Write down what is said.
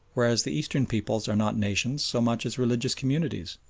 whereas the eastern peoples are not nations so much as religious communities.